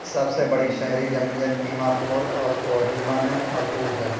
سب سے بڑی شہری جمعیت دیما پور اور کوہیما میں مرکوز ہے